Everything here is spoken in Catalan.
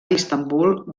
istanbul